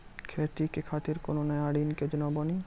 खेती के खातिर कोनो नया ऋण के योजना बानी?